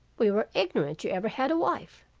we were ignorant you ever had a wife.